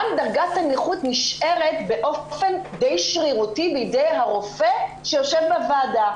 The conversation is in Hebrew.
דרגת הנכות נשארת באופן די שרירותי בידי הרופא שיושב בוועדה.